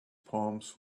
poems